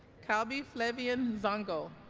kalbi flavien zongo